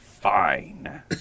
fine